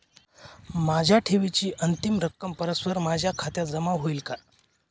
माझ्या ठेवीची अंतिम रक्कम परस्पर माझ्या खात्यात जमा होईल का?